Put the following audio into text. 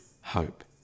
hope